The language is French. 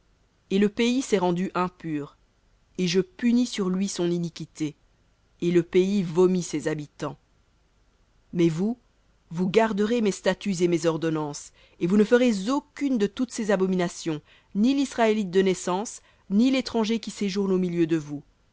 et le pays s'est rendu impur et je punis sur lui son iniquité et le pays vomit ses habitants mais vous vous garderez mes statuts et mes ordonnances et vous ne ferez aucune de toutes ces abominations ni l'israélite de naissance ni l'étranger qui séjourne au milieu de vous